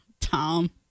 tom